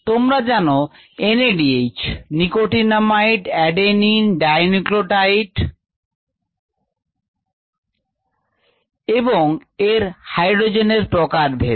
তোমরা জানো NADH nicotinamide adenine dinucleotide এবং এর হাইড্রোজেনের প্রকারভেদ